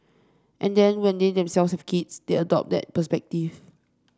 and then when they themselves have kids they adopt that perspective